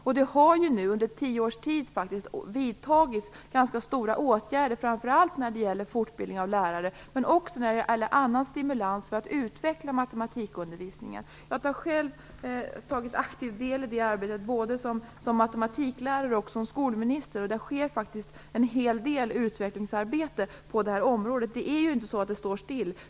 Under tio års tid har det faktiskt vidtagits omfattande åtgärder framför allt när det gäller fortbildning av lärare, men också när det gäller annan stimulans för att utveckla matematikundervisningen. Jag har själv tagit aktiv del i det arbetet, både som matematiklärare och som skolminister. Det har skett en hel del utvecklingsarbete på det här området. Utvecklingen står ju inte stilla.